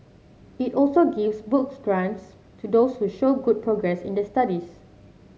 it also gives book grants to those who show good progress in their studies